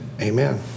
Amen